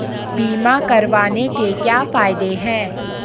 बीमा करवाने के क्या फायदे हैं?